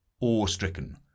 awe-stricken